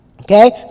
okay